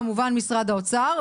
כמובן משרד האוצר,